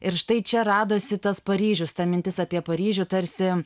ir štai čia radosi tas paryžius ta mintis apie paryžių tarsi